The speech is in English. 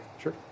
Sure